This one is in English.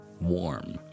warm